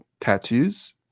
tattoos